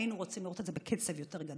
היינו רוצים לראות אותן בקצב מהיר יותר.